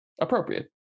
appropriate